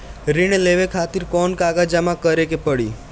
ऋण लेवे खातिर कौन कागज जमा करे के पड़ी?